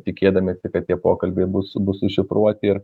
tikėdami kad tie pokalbiai bus bus užšifruoti ir